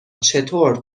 چطور